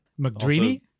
McDreamy